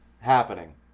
happening